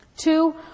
Two